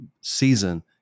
season